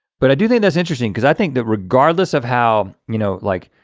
but i do think that's interesting because i think that regardless of how you know like